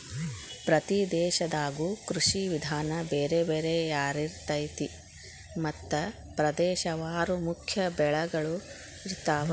ಪ್ರತಿ ದೇಶದಾಗು ಕೃಷಿ ವಿಧಾನ ಬೇರೆ ಬೇರೆ ಯಾರಿರ್ತೈತಿ ಮತ್ತ ಪ್ರದೇಶವಾರು ಮುಖ್ಯ ಬೆಳಗಳು ಇರ್ತಾವ